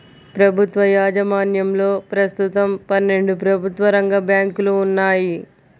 ప్రభుత్వ యాజమాన్యంలో ప్రస్తుతం పన్నెండు ప్రభుత్వ రంగ బ్యాంకులు ఉన్నాయి